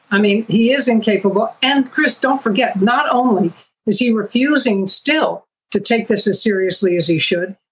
i mean, he is incapable. and chris, don't forget. not only is he refusing still to take this as seriously as he should.